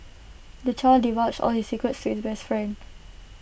the child divulged all his secrets to his best friend